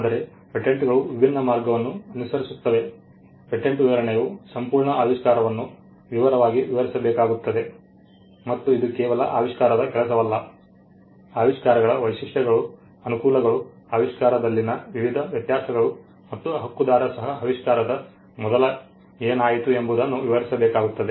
ಆದರೆ ಪೇಟೆಂಟ್ಗಳು ವಿಭಿನ್ನ ಮಾರ್ಗವನ್ನು ಅನುಸರಿಸುತ್ತವೆ ಪೇಟೆಂಟ್ ವಿವರಣೆಯು ಸಂಪೂರ್ಣ ಆವಿಷ್ಕಾರವನ್ನು ವಿವರವಾಗಿ ವಿವರಿಸಬೇಕಾಗುತ್ತದೆ ಮತ್ತು ಇದು ಕೇವಲ ಆವಿಷ್ಕಾರದ ಕೆಲಸವಲ್ಲ ಆವಿಷ್ಕಾರಗಳ ವೈಶಿಷ್ಟ್ಯಗಳು ಅನುಕೂಲಗಳು ಆವಿಷ್ಕಾರದಲ್ಲಿನ ವಿವಿಧ ವ್ಯತ್ಯಾಸಗಳು ಮತ್ತು ಹಕ್ಕುದಾರ ಸಹ ಆವಿಷ್ಕಾರದ ಮೊದಲು ಏನಾಯಿತು ಎಂಬುದನ್ನು ವಿವರಿಸಬೇಕಾಗುತ್ತದೆ